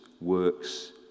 works